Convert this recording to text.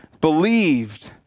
believed